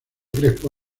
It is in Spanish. crespo